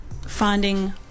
finding